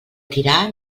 tirar